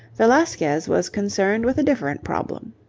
velasquez was concerned with a different problem.